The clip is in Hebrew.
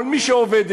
כל מי שעובדת,